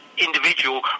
individual